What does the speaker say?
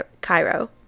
Cairo